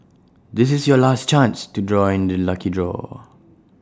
this is your last chance to join the lucky draw